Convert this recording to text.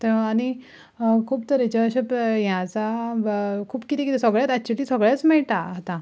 आनी खूब तरेचे अशे हें आसा खूब कितें कितें सगळें एकच्यूली सगळेंच मेळटा आतां